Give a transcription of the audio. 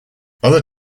other